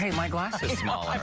hey, my glass is smaller.